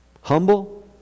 Humble